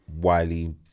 Wiley